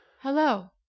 hello